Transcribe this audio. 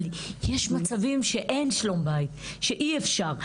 אבל יש מצבים שאין שלום בית, שאי אפשר.